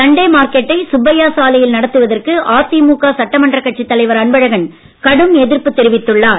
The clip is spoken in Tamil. சண்டே மார்க்கெட்டை சுப்பையா சாலையில் நடத்துவதற்கு அதிமுக சட்டமன்ற கட்சி தலைவர் அன்பழகன் கடும் எதிர்ப்பு தெரிவித்துள்ளார்